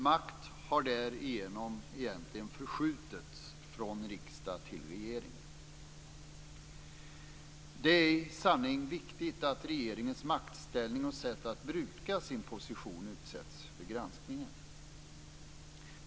Makt har därigenom egentligen förskjutits från riksdagen till regeringen. Det är i sanning viktigt att regeringens maktställning och sätt att bruka sin position utsätts för granskning.